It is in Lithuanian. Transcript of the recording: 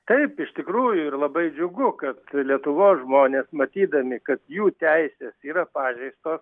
taip iš tikrųjų ir labai džiugu kad lietuvos žmonės matydami kad jų teisės yra pažeistos